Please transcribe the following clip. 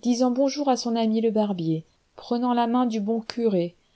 disant bonjour à son ami le barbier prenant la main du bon curé